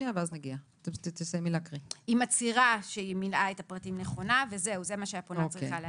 היא מצהירה שהיא מילאה נכונה את הפרטים וזה מה שהפונה צריכה להציג.